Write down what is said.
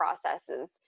processes